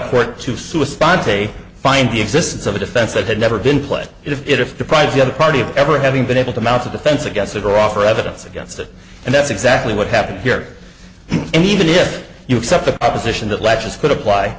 court to sue a sponsor a find the existence of a defense that had never been played if deprives the other party of ever having been able to mount a defense against it or offer evidence against it and that's exactly what happened here and even if you accept the position that latches could apply